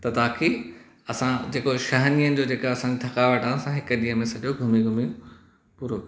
त तांकि असां जेको छहनि ॾींहनि जी जेका असां जी थकावट आहे असां हिक ॾींहुं में सॼो घूमी घूमी पूरो